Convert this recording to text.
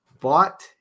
bought